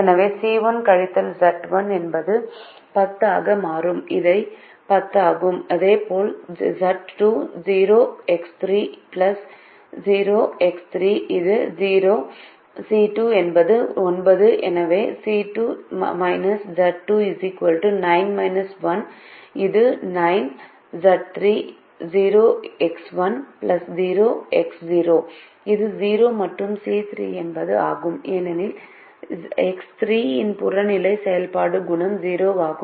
எனவே C1 கழித்தல் Z1 என்பது 10 0 ஆக மாறும் இது 10 ஆகும் இதேபோல் Z2 இது 0 C2 என்பது 9 எனவே C2 Z2 9 0 இது 9 Z3 இது 0 மற்றும் C3 என்பது 0 ஆகும் ஏனெனில் X3 இன் புறநிலை செயல்பாடு குணகம் 0 ஆகும்